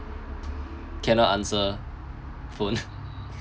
can not answer phone